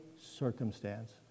circumstance